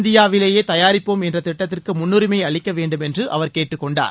இந்தியாவிலேயே தயாரிப்போம் என்ற திட்டத்திற்கு முன்னுரிமை அளிக்க வேண்டும் என்று அவர் கேட்டுக் கொண்டார்